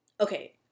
Okay